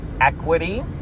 equity